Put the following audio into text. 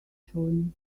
chewing